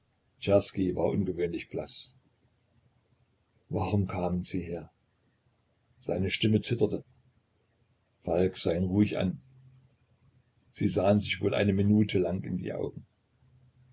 war ungewöhnlich blaß warum kamen sie her seine stimme zitterte falk sah ihn ruhig an sie sahen sich wohl eine minute lang in die augen